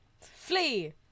Flee